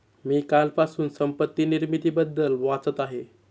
मी कालपासून संपत्ती निर्मितीबद्दल वाचत आहे